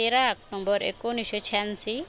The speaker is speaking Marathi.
तेरा आक्टोंबर एकोणीसशे शहाऐंशी